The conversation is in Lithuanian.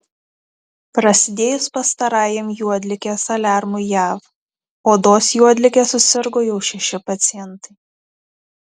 prasidėjus pastarajam juodligės aliarmui jav odos juodlige susirgo jau šeši pacientai